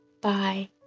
Bye